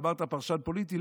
אמרת פרשן פוליטי?